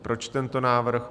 Proč tento návrh?